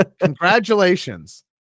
Congratulations